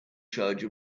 charge